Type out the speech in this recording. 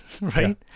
Right